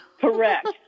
Correct